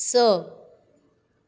स